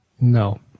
no